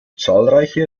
zahlreiche